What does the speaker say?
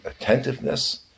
attentiveness